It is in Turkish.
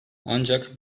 ancak